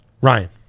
ryan